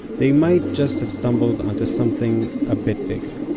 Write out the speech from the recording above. they might just have stumbled onto something a bit bigger